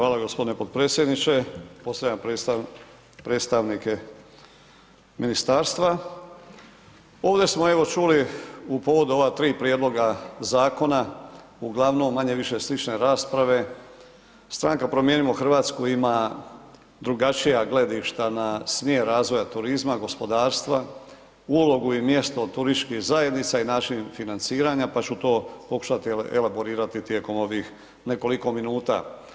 Hvala gospodine potpredsjedniče, pozdravljam predstavnike ministarstva, ovdje smo evo čuli u povodu ova tri prijedloga zakona uglavnom manje-više slične rasprave, Stranka Promijenimo Hrvatsku ima drugačija gledišta na smjer razvoja turizma, gospodarstva, ulogu i mjesto turističkih zajednica i način financiranja, pa ću to pokušati elaborirati tijekom ovih nekoliko minuta.